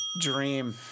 dream